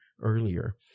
earlier